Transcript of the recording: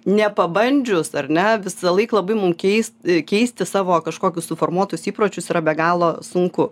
nepabandžius ar ne visąlaik labai mum keis keisti savo kažkokius suformuotus įpročius yra be galo sunku